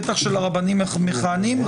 בטח של רבנים מכהנים,